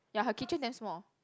ya her kitchen damn small